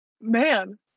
Man